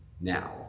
now